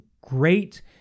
great